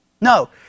No